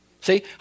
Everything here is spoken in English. See